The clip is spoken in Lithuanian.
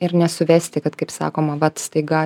ir nesuvesti kad kaip sakoma vat staiga